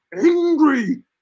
angry